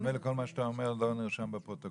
אז ממילא כל מה שאתה אומר לא נרשם בפרוטוקול,